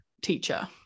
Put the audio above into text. teacher